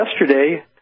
yesterday